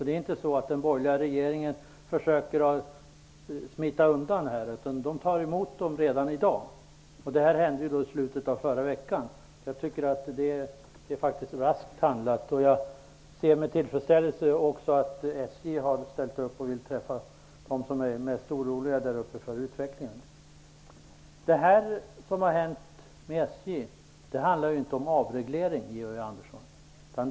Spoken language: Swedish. Det är inte så att den borgerliga regeringen försöker smita undan här, utan man tar emot delegationen redan i dag efter händelserna i slutet av förra veckan. Jag tycker att det är raskt handlat. Jag ser med tillfredsställelse att också SJ vill träffa dem som är mest oroliga för utvecklingen där uppe. Det som har hänt i Ånge handlar inte om avreglering av järnvägstrafiken.